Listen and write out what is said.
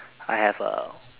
I have a